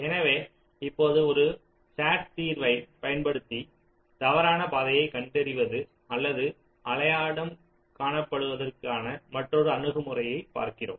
எனவே இப்போது ஒரு SAT தீர்வைப் பயன்படுத்தி தவறான பாதையைக் கண்டறிவது அல்லது அடையாளம் காண்பதற்கான மற்றொரு அணுகுமுறையைப் பார்க்கிறோம்